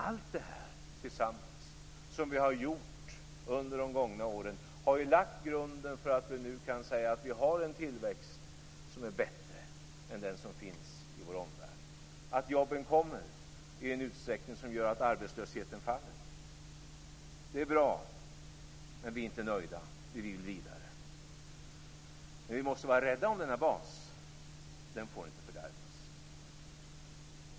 Allt detta som vi tillsammans gjort under de gångna åren har lagt grunden för att vi nu kan säga att vi har en tillväxt som är bättre än den som finns i vår omvärld, att jobben kommer i en utsträckning som gör att arbetslösheten minskar. Det är bra, men vi är inte nöjda, vi vill vidare. Men vi måste vara rädda om denna bas, den får inte fördärvas.